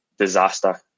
Disaster